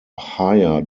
higher